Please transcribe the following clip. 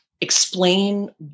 explain